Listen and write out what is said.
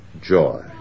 joy